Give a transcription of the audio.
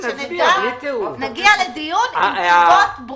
שנגיע לדיון עם תשובות ברורות.